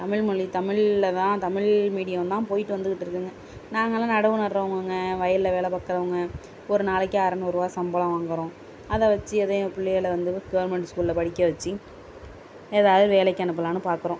தமிழ்மொழி தமிழில்தான் தமிழ் மீடியம் தான் போய்ட்டு வந்துகிட்டு இருக்குங்க நாங்கெலாம் நடவு நடறவுங்கங்க வயலில் வேலை பார்கறவங்க ஒரு நாளைக்கு அறநூறுவாய் சம்பளம் வாங்குகிறோம் அதை வச்சு ஏதோ எங்கள் பிள்ளையள வந்து கவர்மெண்ட் ஸ்கூலில் படிக்க வச்சு ஏதாவது வேலைக்கு அனுப்பலாம்னு பார்க்குறோம்